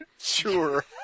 Sure